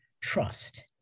trust